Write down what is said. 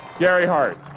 gary hart